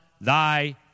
thy